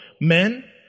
men